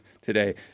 today